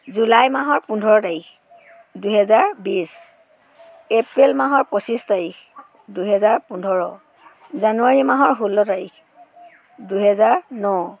July মাহৰ পোন্ধৰ তাৰিখ দুই হেজাৰ বিশ এপ্ৰিল মাহৰ পঁচিছ তাৰিখ দুই হেজাৰ পোন্ধৰ জানুৱাৰী মাহৰ ষোল্ল তাৰিখ দুই হেজাৰ ন